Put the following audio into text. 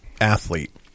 athlete